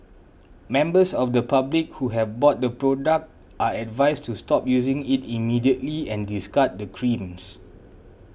members of the public who have bought the product are advised to stop using it immediately and discard the creams